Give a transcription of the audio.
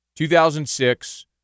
2006